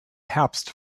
herbst